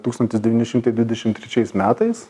tūkstantis devyni šimtai dvidešim trečiais metais